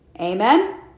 amen